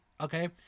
okay